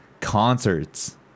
concerts